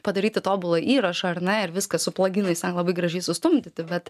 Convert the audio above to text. padaryti tobulą įrašą ar ne ir viską su plaginais ten labai gražiai sustumdyti bet